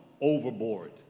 overboard